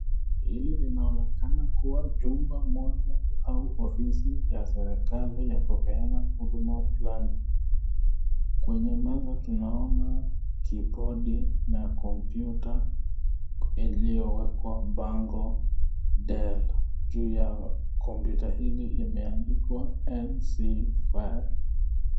Hili linaonekana kuwa jumba moja au ofisi ya serekali ya kupeana huduma fulani. Kwenye meza tunaona kibodi na kompyuta iliyowekwa bango DELL, juu ya kompyuta hili limeandikwa MC FILE.